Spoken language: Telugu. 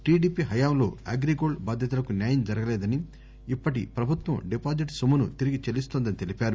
టీడీపీ హయాంలో అగ్రిగోల్డ్ బాధితులకు న్యాయం జరగలేదని ఇప్పటి ప్రభుత్వం డిపాజిట్ సొమ్మును తిరిగి చెల్లిస్తోందని తెలిపారు